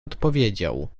odpowiedział